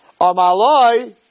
Amaloi